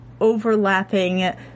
overlapping